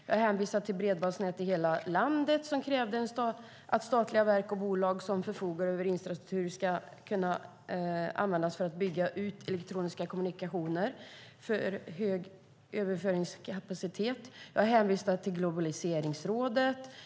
Jag har hänvisat till Bredbandsnät i hela landet , som krävde att infrastruktur som statliga verk och bolag förfogar över ska kunna användas för att bygga ut elektronisk kommunikation för hög överföringskapacitet. Jag har hänvisat till Globaliseringsrådet.